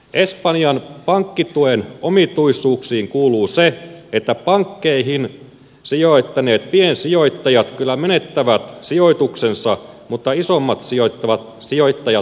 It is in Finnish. espanjan pankkituen omituisuuksiin kuuluu se että pankkeihin sijoittaneet piensijoittajat kyllä menettävät sijoituksensa mutta isommat sijoittajat pelastetaan